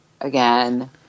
Again